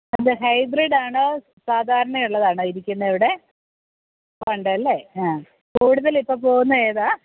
അത് ഹൈബ്രിഡ് ആണോ സാധാരണ ഉള്ളതാണോ ഇരിക്കുന്നത് ഇവിടെ ഉണ്ടല്ലേ ആ കൂടുതൽ ഇപ്പം പോകുന്നത് ഏതാണ്